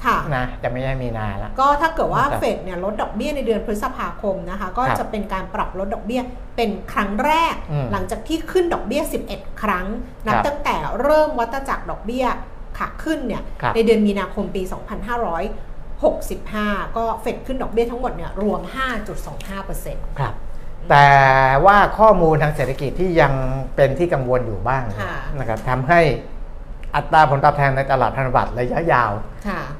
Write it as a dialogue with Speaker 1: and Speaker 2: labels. Speaker 1: ค่ะ
Speaker 2: นะ แต่ไม่ได้มีนาละ
Speaker 1: ก็ถ้าเกิดว่า
Speaker 2: ครับ
Speaker 1: เฟดเนี่ยลดดอกเบี้ยในเดือนพฤษภาคมนะคะ ก็
Speaker 2: ครับ
Speaker 1: จะเป็นการปรับลดดอกเบี้ยเป็นครั้งแรก
Speaker 2: อืม
Speaker 1: หลังจากที่ขึ้นดอกเบี้ย 11 ครั้งนับ
Speaker 2: ครับ
Speaker 1: ตั้งแต่เริ่มวัฏจักรดอกเบี้ยขาขึ้นเนี่ย
Speaker 2: ครับ
Speaker 1: ในเดือนมีนาคมปี 2565 ก็เฟดขึ้นดอกเบี้ยทั้งหมดเนี่ยรวม 5.25%
Speaker 2: ครับ แต่
Speaker 1: อืม
Speaker 2: ว่าข้อมูลทางเศรษฐกิจที่ยังเป็นที่กังวลอยู่บ้างเนี่ย
Speaker 1: ค่ะ
Speaker 2: นะครับ ทำให้อัตราผลตอบแทนในตลาดพันธบัตรระยะยา- ยาว
Speaker 1: ค่ะ